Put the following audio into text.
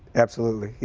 absolutely.